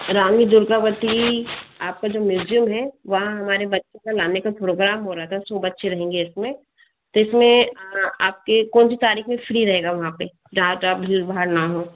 रानी दुर्गावती आपका जो म्यूजियम है वहाँ हमारे बच्चों को लाने का प्रोग्राम हो रहा था सो बच्चे रहेंगे इसमें तो इसमें आपके कोनसी तारीख़ में फ़्री रहेगा वहाँ पे जहाँ भीड़ भाड़ ना हो